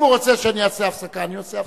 אם הוא רוצה שאני אעשה הפסקה, אני עושה הפסקה.